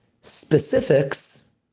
specifics